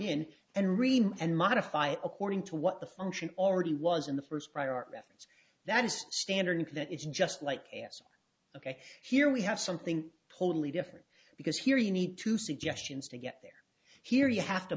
in and remove and modify it according to what the function already was in the first priorities that is standard and that it's just like ok here we have something totally different because here you need two suggestions to get there here you have to